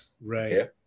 Right